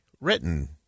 written